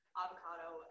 avocado